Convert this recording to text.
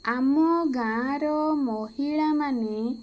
ଆମ ଗାଁର ମହିଳାମାନେ